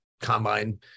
combine